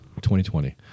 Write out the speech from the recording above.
2020